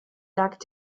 lag